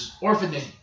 orphanage